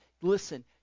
listen